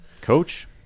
Coach